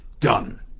Done